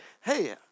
hey